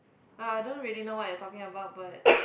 but I don't really know what you are talking about but